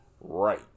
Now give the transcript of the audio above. Right